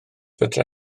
fedra